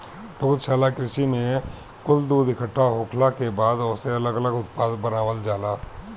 दुग्धशाला कृषि में कुल दूध इकट्ठा होखला के बाद ओसे अलग लग उत्पाद बनावल जाला